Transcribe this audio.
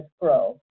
grow